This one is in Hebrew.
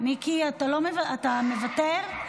מיקי, אתה מוותר?